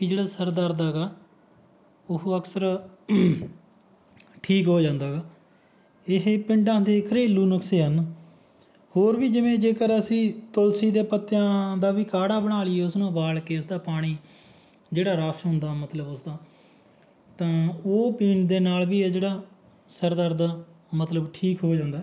ਵੀ ਜਿਹੜਾ ਸਿਰ ਦਰਦ ਹੈਗਾ ਉਹ ਅਕਸਰ ਠੀਕ ਹੋ ਜਾਂਦਾ ਗਾ ਇਹ ਪਿੰਡਾਂ ਦੇ ਘਰੇਲੂ ਨੁਕਸੇ ਹਨ ਹੋਰ ਵੀ ਜਿਵੇਂ ਜੇਕਰ ਅਸੀਂ ਤੁਲਸੀ ਦੇ ਪੱਤਿਆਂ ਦਾ ਵੀ ਕਾੜ੍ਹਾ ਬਣਾ ਲਈਏ ਉਸ ਨੂੰ ਉਬਾਲ ਕੇ ਉਸਦਾ ਪਾਣੀ ਜਿਹੜਾ ਰਸ ਹੁੰਦਾ ਮਤਲਬ ਉਸਦਾ ਤਾਂ ਉਹ ਪੀਣ ਦੇ ਨਾਲ ਵੀ ਹੈ ਜਿਹੜਾ ਸਿਰ ਦਰਦ ਆ ਮਤਲਬ ਠੀਕ ਹੋ ਜਾਂਦਾ